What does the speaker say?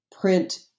print